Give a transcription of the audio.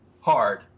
hard